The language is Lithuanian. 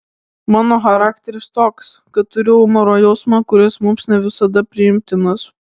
mano charakteris toks kad turiu humoro jausmą kuris mums ne visada priimtinas